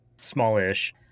smallish